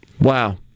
wow